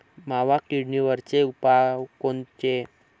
मावा किडीवरचे उपाव कोनचे?